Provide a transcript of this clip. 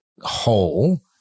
whole